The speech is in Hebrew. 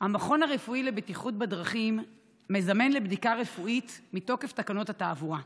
המכון הרפואי לבטיחות בדרכים מזמן לבדיקה רפואית מתוקף תקנות התעבורה.